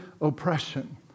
oppression